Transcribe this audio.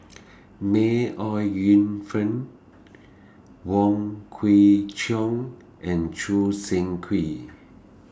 May Ooi Yu Fen Wong Kwei Cheong and Choo Seng Quee